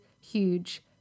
huge